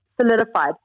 solidified